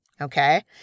okay